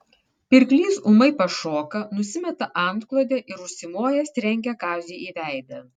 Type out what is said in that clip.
pirklys ūmai pašoka nusimeta antklodę ir užsimojęs trenkia kaziui į veidą